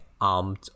armed